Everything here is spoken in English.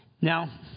Now